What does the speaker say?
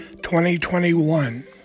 2021